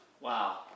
wow